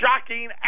shocking